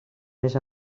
més